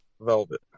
velvet